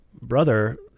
brother